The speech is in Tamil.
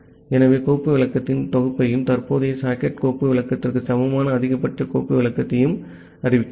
ஆகவே கோப்பு விளக்கத்தின் தொகுப்பையும் தற்போதைய சாக்கெட் கோப்பு விளக்கத்திற்கு சமமான அதிகபட்ச கோப்பு விளக்கத்தையும் அறிவிக்கிறோம்